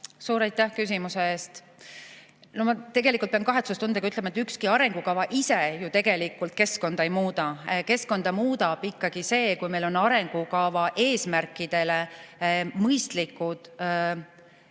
Suur aitäh küsimuse eest! Ma pean kahetsustundega ütlema, et ükski arengukava ise ju tegelikult keskkonda ei muuda. Keskkonda muudab ikkagi see, kui meil on arengukava eesmärkidele vastavad